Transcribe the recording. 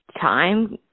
time